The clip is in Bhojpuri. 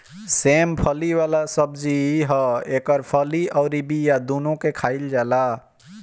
सेम फली वाला सब्जी ह एकर फली अउरी बिया दूनो के खाईल जाला